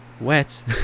wet